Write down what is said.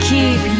Keep